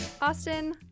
Austin